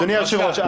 אדוני היושב-ראש,